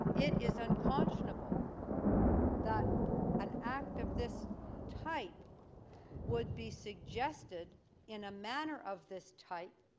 it is unconscionable that an act of this type would be suggested in a manner of this type.